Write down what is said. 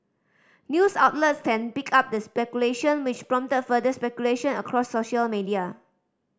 news outlets then picked up the speculation which prompted further speculation across social media